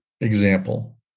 example